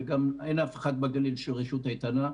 ואין אף אחד בגליל שהוא רשות איתנה.